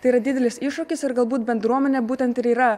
tai yra didelis iššūkis ir galbūt bendruomenė būtent ir yra